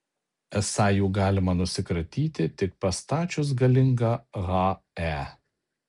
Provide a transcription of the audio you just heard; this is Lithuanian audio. esą jų galima nusikratyti tik pastačius galingą he